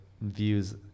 views